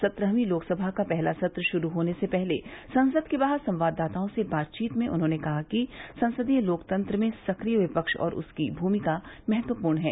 सत्रहवीं लोकसभा का पहला सत्र शुरू होने से पहले संसद के बाहर संवाददाताओं से बातचीत में उन्होंने कहा कि संसदीय लोकतंत्र में सक्रिय विपक्ष और उसकी भूमिका महत्वपूर्ण है